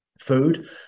food